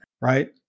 right